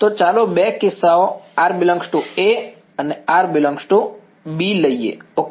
તો ચાલો બે કિસ્સાઓ r ∈ A અને r ∈ B લઈએ ઓકે